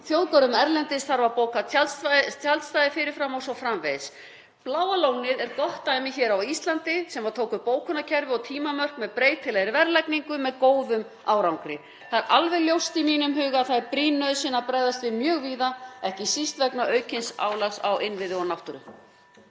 þjóðgörðum erlendis þarf að bóka tjaldstæði fyrir fram o.s.frv. Bláa lónið er gott dæmi hér á Íslandi sem tók upp bókunarkerfi og tímamörk með breytilegri verðlagningu með góðum árangri. (Forseti hringir.) Það er alveg ljóst í mínum huga að það er brýn nauðsyn að bregðast við mjög víða, ekki síst vegna aukins álags á innviði og náttúru.